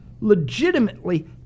legitimately